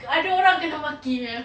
ada orang kena maki punya